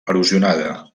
erosionada